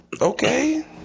Okay